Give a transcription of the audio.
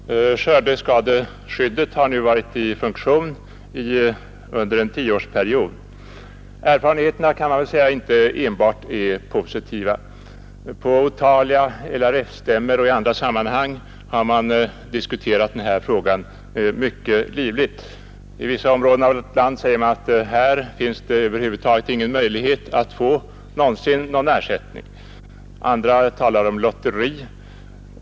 Herr talman! Skördeskadeskyddet har nu varit i funktion i tio år. Erfarenheterna kan inte sägas vara enbart positiva. På otaliga LRF stämmor och i andra sammanhang har den frågan diskuterats mycket livligt. I vissa områden av landet säger man att det över huvud taget inte finns någon möjlighet att alls få någon ersättning, på andra håll talar man om lotteri.